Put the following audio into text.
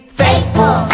faithful